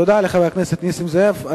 תודה לחבר הכנסת נסים זאב.